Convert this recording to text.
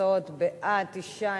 הצעת ועדת הכנסת להעביר את הצעת חוק תגמולים